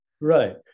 Right